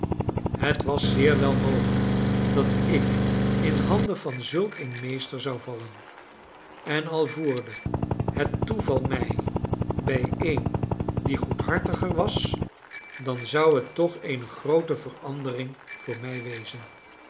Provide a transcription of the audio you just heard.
het was zeer wel mogelijk dat ik in handen van zulk een meester zou vallen en al voerde het toeval mij bij een die goedhartiger was dan zou het toch eene groote verandering voor mij wezen